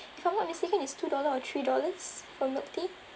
if I'm not mistaken it's two dollar or three dollars for milk tea